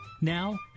Now